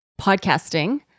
podcasting